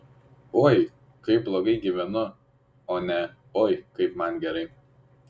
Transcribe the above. oi kaip blogai gyvenu o ne oi kaip man gerai